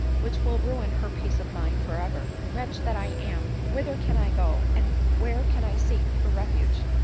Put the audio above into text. which will ruin her peace of mind for ever. wretch that i am! whither can i go, and where can i seek for refuge?